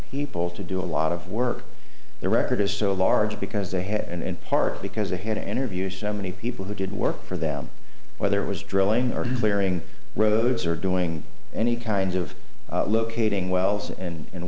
people to do a lot of work the record is so large because they had in part because they had to interview so many people who did work for them whether it was drilling or clearing roads or doing any kind of locating wells and